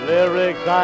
Lyrics